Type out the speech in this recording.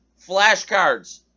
flashcards